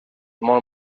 molt